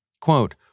Quote